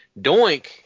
Doink